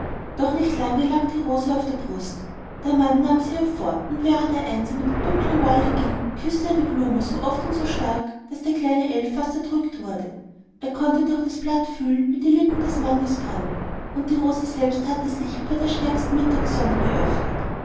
doch nicht lange lag die rose auf der brust der mann nahm sie hervor und während er einsam in dem dunkeln walde ging küßte er die blume so oft und stark daß der kleine elf fast erdrückt wurde er konnte durch das blatt fühlen wie die lippen des mannes brannten und die rose selbst hatte sich wie bei der stärksten mittagssonne geöffnet